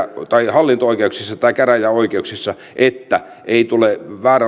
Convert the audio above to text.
hallinto oikeuksissa tai käräjäoikeuksissa että ei tule